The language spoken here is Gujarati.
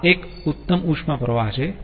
અને આ એક ઉત્તમ ઉષ્મા પ્રવાહ છે